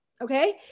okay